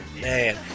man